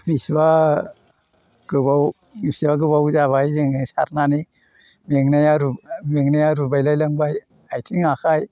बिसिबा गोबाव बिसिबा गोबाव जाबाय जोङो सारनानै मेंनाया रु मेंनानै रुबायलायलांबाय आथिं आखाइ